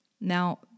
Now